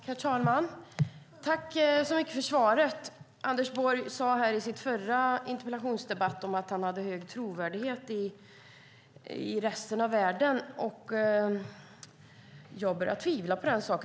Herr talman! Tack så mycket för svaret! Anders Borg sade i sin förra interpellationsdebatt att han hade hög trovärdighet i resten av världen. Jag börjar tvivla på den saken.